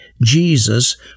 Jesus